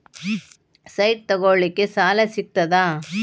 Site ತಗೋಳಿಕ್ಕೆ ಸಾಲಾ ಸಿಗ್ತದಾ?